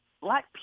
black